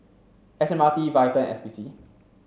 S M R T VITAL and S P C